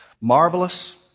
marvelous